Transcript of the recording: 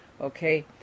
okay